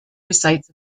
recites